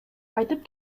кайтып